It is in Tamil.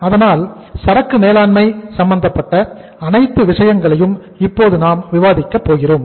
அதனால் சரக்கு மேலாண்மை சம்பந்தப்பட்ட அனைத்து விஷயங்களையும் இப்போது நாம் விவாதிக்கப் போகிறோம்